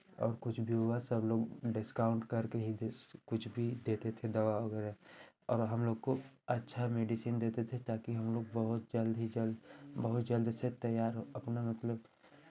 और कुछ भी हुआ सब लोग डिस्काउंट करके ही दे कुछ भी देते थे दवा वगैरह और हम लोग को अच्छा मेडिसीन देते थे ताकि हम लोग बहुत जल्द ही जल्द बहुत जल्द से तैयार अपना मतलब